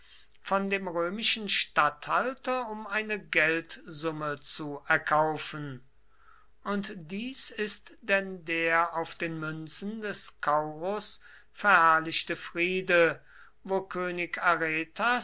von dem römischen statthalter um eine geldsumme zu erkaufen und dies ist denn der auf den münzen des scaurus verherrlichte friede wo könig